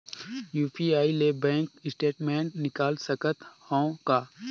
UPI ले bank statement निकाल सकत हवं का?